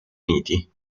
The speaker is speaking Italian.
uniti